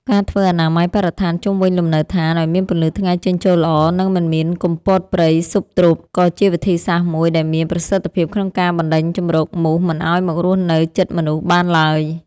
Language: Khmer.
ការធ្វើអនាម័យបរិស្ថានជុំវិញលំនៅដ្ឋានឱ្យមានពន្លឺថ្ងៃចេញចូលល្អ និងមិនមានគុម្ពោតព្រៃស៊ុបទ្រុប ក៏ជាវិធីសាស្ត្រមួយដ៏មានប្រសិទ្ធភាពក្នុងការបណ្ដេញជម្រកមូសមិនឱ្យមករស់នៅជិតមនុស្សបានឡើយ។